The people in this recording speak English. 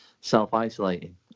self-isolating